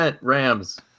Rams